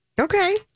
okay